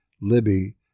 Libby